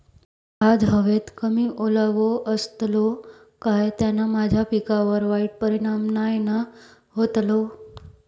आज हवेत कमी ओलावो असतलो काय त्याना माझ्या पिकावर वाईट परिणाम नाय ना व्हतलो?